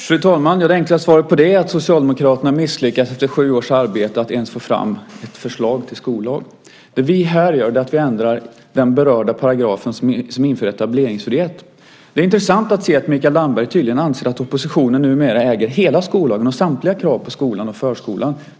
Fru talman! Det enkla svaret på det är att Socialdemokraterna misslyckats efter sju års arbete att ens få fram ett förslag till skollag. Det vi här gör är att vi ändrar den berörda paragrafen som inför etableringsfrihet. Det är intressant att höra att Mikael Damberg tydligen anser att oppositionen numera äger hela skollagen och samtliga krav på skolan och förskolan.